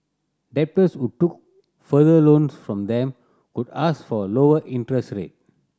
debtors who took further loans from them could ask for a lower interest rate